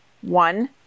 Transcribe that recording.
One